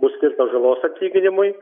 bus skirtos žalos atlyginimui